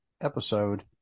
episode